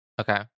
Okay